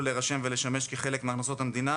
להירשם ולשמש כחלק מהכנסות המדינה,